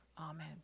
Amen